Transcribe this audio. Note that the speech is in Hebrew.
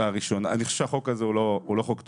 אני חושב שהחוק הזה הוא לא חוק טוב.